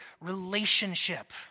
relationship